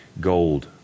Gold